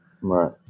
Right